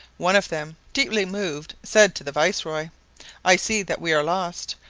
one of them, deeply moved, said to the viceroy i see that we are lost,